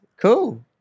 Cool